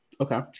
Okay